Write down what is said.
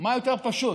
מה יותר פשוט?